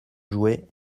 jouait